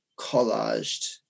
collaged